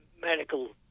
medical